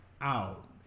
out